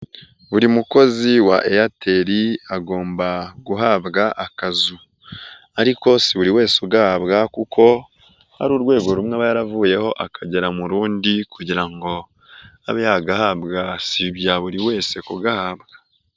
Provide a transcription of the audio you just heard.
Buri mukozi wa Eyateri agomba guhabwa akazu ariko si buri wese ugahabwa kuko hari urwego rumwe aba yaravuyeho akagera mu rundi kugira ngo abe yagahabwa, si ibya buri wese kugahabwa.